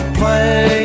play